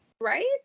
Right